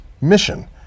mission